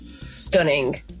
stunning